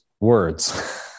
words